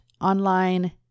online